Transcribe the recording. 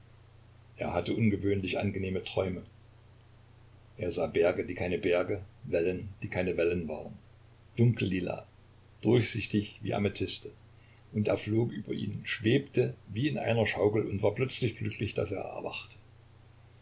er hatte ungewöhnlich angenehme träume er sah berge die keine berge wellen die keine wellen waren dunkellila durchsichtig wie amethyste und er flog über ihnen schwebte wie in einer schaukel und war plötzlich glücklich daß er erwachte